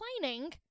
complaining